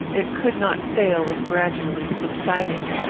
it could not fail of gradually subsiding.